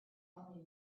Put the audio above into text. only